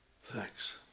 Thanks